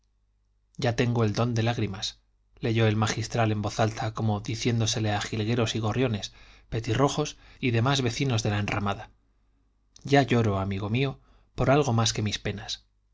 ya tengo el don de lágrimas leyó el magistral en voz alta como diciéndoselo a jilgueros y gorriones petirrojos y demás vecinos de la enramada ya lloro amigo mío por algo más que mis penas